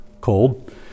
cold